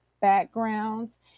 backgrounds